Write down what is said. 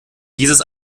dieses